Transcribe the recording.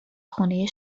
خونه